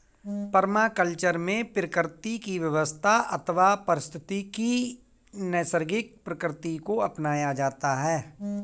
permaculture में प्रकृति की व्यवस्था अथवा पारिस्थितिकी की नैसर्गिक प्रकृति को अपनाया जाता है